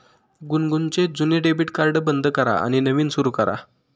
गुनगुनचे जुने debit card बंद करा आणि नवीन सुरू करा